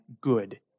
good